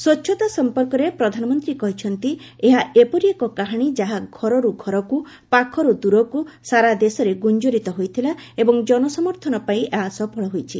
ସ୍ୱଚ୍ଛତା ସମ୍ପର୍କରେ ପ୍ରଧାନମନ୍ତ୍ରୀ କହିଛନ୍ତି ଏହା ଏପରି ଏକ କାହାଣୀ ଯାହା ଘରରୁ ଘରକୁ ପାଖରୁ ଦରକୁ ସାରା ଦେଶରେ ଗୁଞ୍ଜରିତ ହୋଇଥିଲା ଏବଂ ଜନ ସମର୍ଥନ ପାଇ ଏହା ସଫଳ ହୋଇଛି